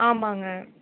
ஆமாங்க